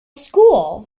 school